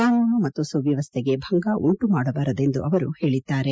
ಕಾನೂನು ಮತ್ತು ಸುವ್ಯವಸ್ಥೆಗೆ ಭಂಗ ಉಂಟು ಮಾಡಬಾರದೆಂದು ಅವರು ಹೇಳಿದ್ದಾರೆ